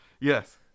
Yes